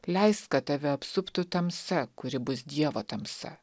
leisk kad tave apsuptų tamsa kuri bus dievo tamsa